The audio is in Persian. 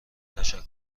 تشکر